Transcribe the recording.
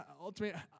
ultimately